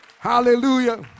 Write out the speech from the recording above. Hallelujah